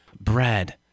Bread